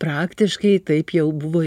praktiškai taip jau buvo